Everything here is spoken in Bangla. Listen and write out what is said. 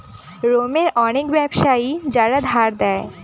রোমের অনেক ব্যাবসায়ী যারা ধার দেয়